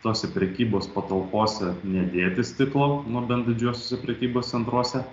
tose prekybos patalpose nedėti stiklo nu bent didžiuosiuose prekybos centruose